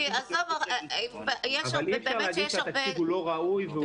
אי אפשר להגיד שהתקציב הוא לא ראוי.